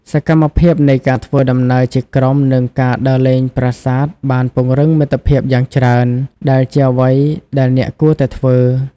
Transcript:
សកម្មភាពនៃការធ្វើដំណើរជាក្រុមនិងការដើរលេងប្រាសាទបានពង្រឹងមិត្តភាពយ៉ាងច្រើន ដែលជាអ្វីដែលអ្នកគួរតែធ្វើ។